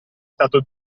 stato